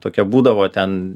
tokia būdavo ten